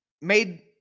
Made